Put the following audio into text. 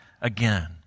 again